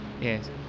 Yes